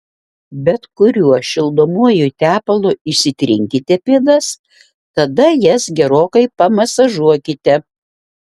bet kuriuo šildomuoju tepalu išsitrinkite pėdas tada jas gerokai pamasažuokite